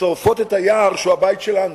שורפות את היער, שהוא הבית שלנו,